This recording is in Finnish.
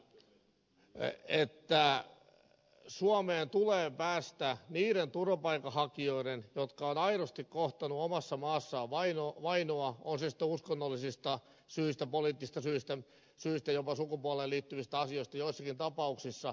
kysehän on siitä että suomeen tulee päästä niiden turvapaikanhakijoiden jotka ovat aidosti kohdanneet omassa maassaan vainoa on se sitten uskonnollisista syistä poliittisista syistä tai jopa sukupuoleen liittyvistä asioista joissakin tapauksissa